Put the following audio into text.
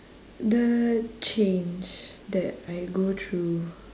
the change that I go through